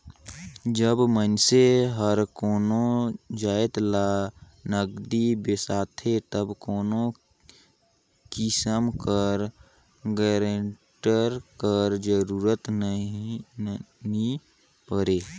जब मइनसे हर कोनो जाएत ल नगदी बेसाथे तब कोनो किसिम कर गारंटर कर जरूरत नी परे